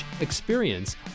experience